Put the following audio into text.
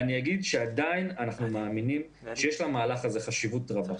אנחנו עדיין מאמינים שיש למהלך הזה חשיבות רבה.